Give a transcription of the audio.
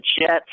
Jets